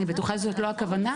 אני בטוחה שזאת לא הכוונה.